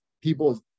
People